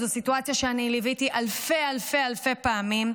זו סיטואציה שאני ליוויתי אלפי אלפי פעמים.